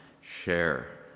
share